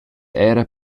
era